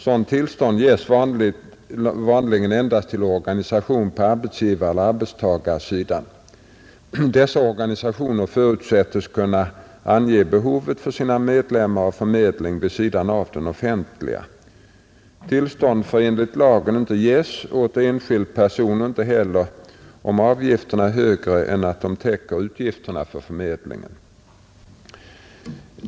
Sådant tillstånd ges vanligen endast till organisation på arbetsgivareller arbetstagarsidan, Dessa organisationer förutsätts kunna ange behovet för sina medlemmar av förmedling vid sidan av den offentliga. Tillstånd får enligt lagen inte ges åt enskild person och inte heller om avgifterna är högre än att de täcker utgifterna för förmedlingen.